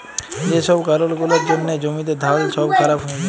যে ছব কারল গুলার জ্যনহে জ্যমিতে ধাল ছব খারাপ হঁয়ে যায়